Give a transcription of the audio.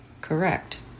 correct